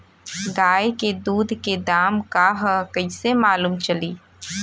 गाय के दूध के दाम का ह कइसे मालूम चली?